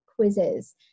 quizzes